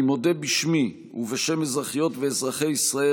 אני מודה בשמי ובשם אזרחיות ואזרחי ישראל